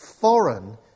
foreign